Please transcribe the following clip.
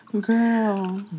Girl